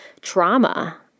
trauma